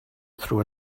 through